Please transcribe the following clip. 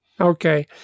Okay